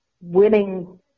winning